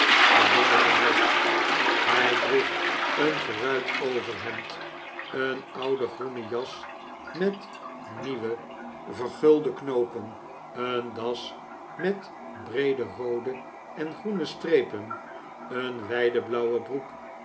bedorven was hij droeg een geruit overhemd een oude groene jas met nieuwe vergulde knoopen een das met breede roode en groene strepen een wijde blauwe broek